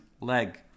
leg